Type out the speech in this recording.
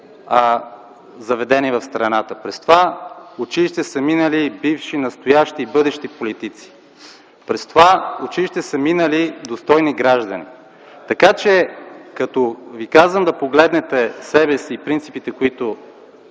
заведения в страната. През това училище са минали бивши, настоящи и бъдещи политици. През това училище са минали достойни граждани. Така че, като Ви казвам да погледнете себе си и принципите, които